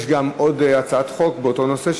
יש עוד הצעת חוק באותו נושא,